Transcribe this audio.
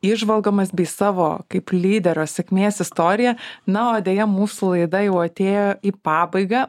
įžvalgomis bei savo kaip lyderio sėkmės istorija na o deja mūsų laida jau atėjo į pabaigą